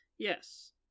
Yes